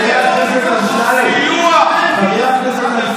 הרב קריב, הרב הרפורמי, העיתון במחנה יותר טוב.